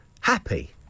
Happy